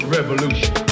Revolution